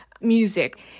music